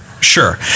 sure